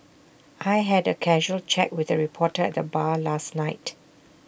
I had A casual chat with A reporter at the bar last night